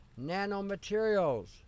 nanomaterials